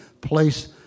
place